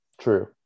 True